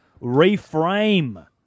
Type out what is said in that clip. reframe